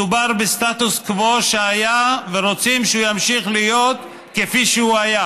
מדובר בסטטוס קוו שהיה ורוצים שהוא ימשיך להיות כפי שהוא היה,